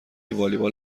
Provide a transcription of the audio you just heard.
والیبال